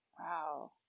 Wow